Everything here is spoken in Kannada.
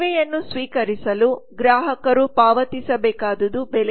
ಸೇವೆಯನ್ನು ಸ್ವೀಕರಿಸಲು ಗ್ರಾಹಕರು ಪಾವತಿಸಬೇಕಾದುದು ಬೆಲೆ